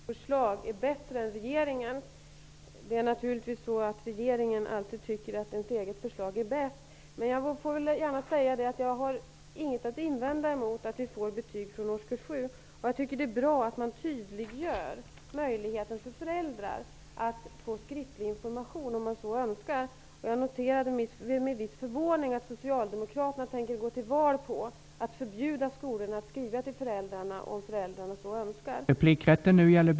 Herr talman! Björn Samuelson frågade om jag tycker att utskottets betygsförslag är bättre än regeringens. Det är naturligtvis så att vi i regeringen alltid tycker att våra egna förslag är bäst. Men jag vill gärna säga att jag inte har något att invända emot att eleverna får betyg från årskurs 7. Jag tycker att det är bra att man tydliggör möjligheten för föräldrar att om de så önskar få skriftlig information. Jag noterade med viss förvåning att Socialdemokraterna tänker gå till val på att förbjuda skolorna att skriva till föräldrarna om föräldrarna så önskar.